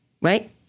Right